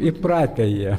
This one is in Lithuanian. įpratę jie